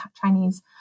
Chinese